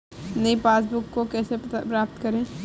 नई पासबुक को कैसे प्राप्त करें?